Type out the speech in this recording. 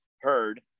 heard